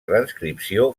transcripció